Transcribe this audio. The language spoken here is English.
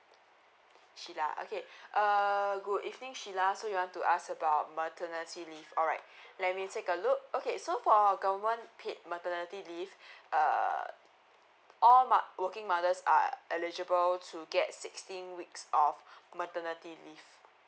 sheila okay err good evening sheila so you want to ask about maternity leave alright let me take a look okay so for our government paid maternity leave uh all mo~ working mothers are eligible to get sixteen weeks of maternity leave